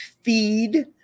feed